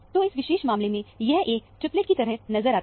तो इस विशेष मामले में यह एक ट्रिपलेट की तरह नजर आता है